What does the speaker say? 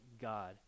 God